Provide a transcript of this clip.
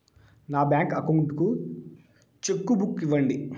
నా bank account కు cheque book ఇవ్వండి